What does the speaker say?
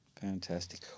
Fantastic